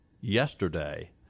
yesterday